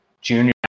junior